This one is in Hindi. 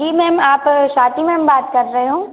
जी मैम आप स्वाती मैम बात कर रहे हो